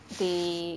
they